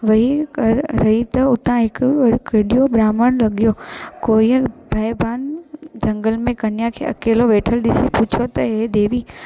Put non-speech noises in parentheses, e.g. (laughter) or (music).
वेहि कर रही त उतां हिकु (unintelligible) ब्राहम्ण लंघियो कोई पहिबान जंगल में कन्या खे अकेलो वेठलु ॾिसी पुछो त हे देवी